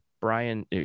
Brian